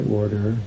order